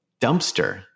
Dumpster